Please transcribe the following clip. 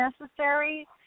necessary